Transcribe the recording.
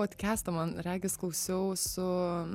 podkestą man regis klausiau su